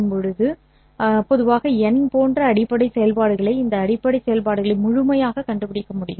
நாம் பொதுவாக n போன்ற அடிப்படை செயல்பாடுகளை இந்த அடிப்படை செயல்பாடுகளை முழுமையாகக் கண்டுபிடிக்க முடியும்